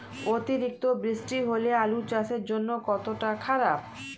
অতিরিক্ত বৃষ্টি হলে আলু চাষের জন্য কতটা খারাপ?